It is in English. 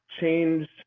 change